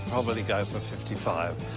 probably go for fifty five.